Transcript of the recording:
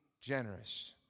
generous